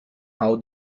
how